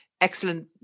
excellent